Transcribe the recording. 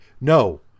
no